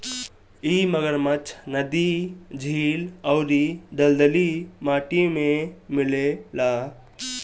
इ मगरमच्छ नदी, झील अउरी दलदली माटी में मिलेला